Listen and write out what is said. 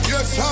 Yes